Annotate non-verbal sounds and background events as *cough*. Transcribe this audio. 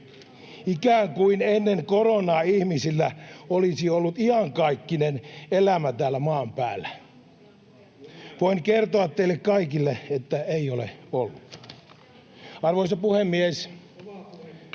Ikään kuin ennen koronaa ihmisillä olisi ollut iänkaikkinen elämä täällä maan päällä. *noise* Voin kertoa teille kaikille, että ei ole ollut. Arvoisa puhemies!